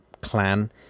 clan